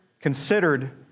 considered